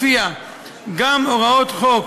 ולפיה גם הוראות חוק